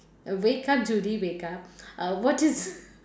wake up Judy wake up uh what is